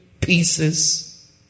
pieces